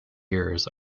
years